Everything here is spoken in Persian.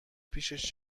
پیشش